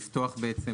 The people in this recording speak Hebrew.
לפתוח בעצם